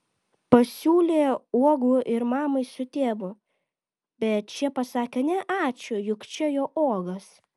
pasiūlė uogų ir mamai su tėvu bet šie pasakė ne ačiū juk čia jo uogos